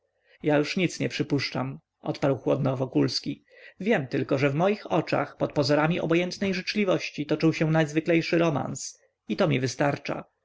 ja już nic nie przypuszczam odparł chłodno wokulski wiem tylko że w moich oczach pod pozorami obojętnej życzliwości toczył się najzwyklejszy romans i to mi wystarcza